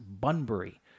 Bunbury